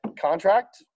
contract